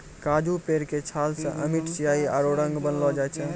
काजू पेड़ के छाल सॅ अमिट स्याही आरो रंग बनैलो जाय छै